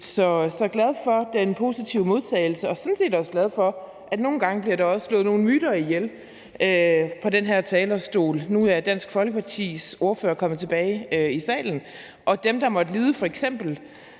er glad for den positive modtagelse og sådan set også glad for, at der nogle gange bliver slået nogle myter ihjel fra den her talerstol. Nu er Dansk Folkepartis ordfører kommet tilbage i salen, og for dem, der f.eks.